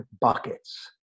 buckets